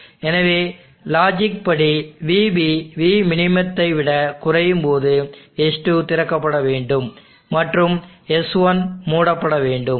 எனவே லாஜிக் படி vB vminத்தைவிட குறையும்போது S2 திறக்கப்படவேண்டும் மற்றும் S1 மூடப்பட வேண்டும்